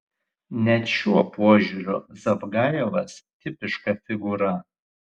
net šiuo požiūriu zavgajevas tipiška figūra